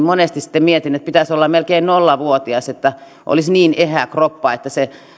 monesti sitten mietin että pitäisi olla melkein nollavuotias olisi niin eheä kroppa että se